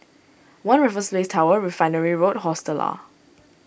one Raffles Place Tower Refinery Road Hostel Lah